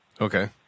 Okay